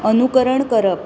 अनुकरण करप